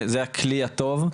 זה הכלי הטוב.